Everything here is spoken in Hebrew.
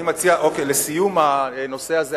לסיום הנושא הזה,